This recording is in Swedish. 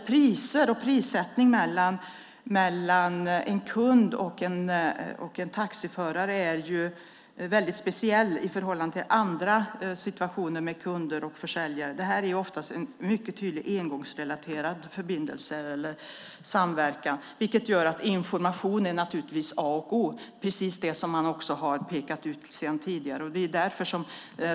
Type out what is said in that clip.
Prissättningen mellan kunden och taxiföraren är en väldigt speciell situation i förhållande till andra situationer som involverar en säljare och en kund. Det är väldigt ofta en engångsförbindelse, vilket gör att information är A och O. Det har man pekat ut tidigare.